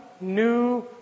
new